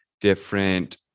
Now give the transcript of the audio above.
different